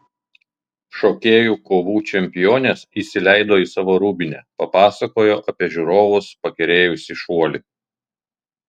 šokėjų kovų čempionės įsileido į savo rūbinę papasakojo apie žiūrovus pakerėjusį šuolį